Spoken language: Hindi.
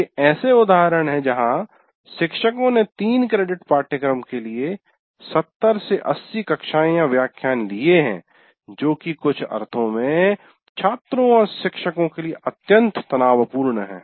ये ऐसे उदाहरण हैं जहां शिक्षकों ने 3 क्रेडिट पाठ्यक्रम के लिए 70 80 कक्षाए व्याख्यान लिए है जो कि कुछ अर्थों में छात्रों और शिक्षको के लिए अत्यंत तनावपूर्ण है